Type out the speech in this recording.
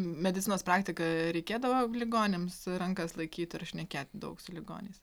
medicinos praktiką reikėdavo ligoniams rankas laikyt ir šnekėt daug su ligoniais